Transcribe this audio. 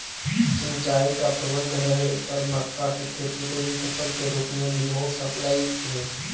सिंचाई का प्रबंध रहे पर मक्का की खेती रबी फसल के रूप में भी हो सकलई हे